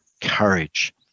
courage